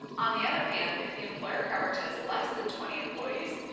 on the other hand, if the employer coverage has less than twenty employees,